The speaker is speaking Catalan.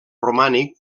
romànic